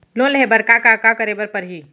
Loan लेहे बर का का का करे बर परहि?